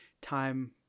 Time